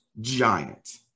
giant